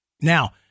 Now